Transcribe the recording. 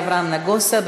חבר הכנסת אברהם נגוסה,